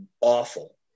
awful